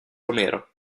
romero